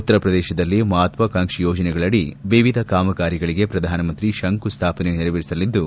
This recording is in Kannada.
ಉತ್ತರಪ್ರದೇಶದಲ್ಲಿ ಮಹತ್ವಾಕಾಂಕ್ಷಿ ಯೋಜನೆಗಳಡಿ ವಿವಿಧ ಕಾಮಗಾರಿಗಳಿಗೆ ಶ್ರಧಾನಮಂತ್ರಿ ಶಂಕುಸ್ವಾಪನೆ ನೆರವೇರಿಸಲಿದ್ದು